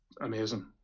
amazing